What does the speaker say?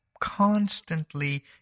constantly